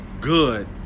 good